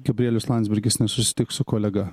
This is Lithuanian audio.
gabrielius landsbergis nesusitiks su kolega